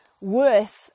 worth